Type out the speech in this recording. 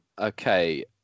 okay